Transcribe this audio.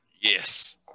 Yes